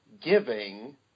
giving